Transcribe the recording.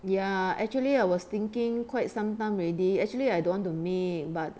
ya actually I was thinking quite some time already actually I don't want to me but